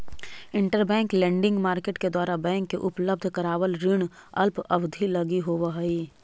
interbank lending market के द्वारा bank के उपलब्ध करावल ऋण अल्प अवधि लगी होवऽ हइ